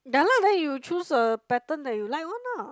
ya lah then you choose a pattern that you like one lah